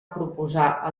proposar